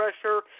pressure